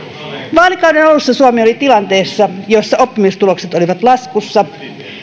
vaalikauden alussa suomi oli tilanteessa jossa oppimistulokset olivat laskussa